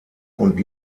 und